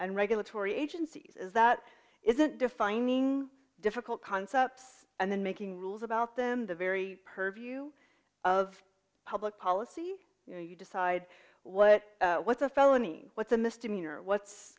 and regulatory agencies is that isn't defining difficult concepts and then making rules about them the very purview of public policy you know you decide what what's a felony what's a misdemeanor what's